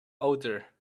odor